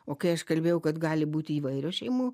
o kai aš kalbėjau kad gali būti įvairios šeimų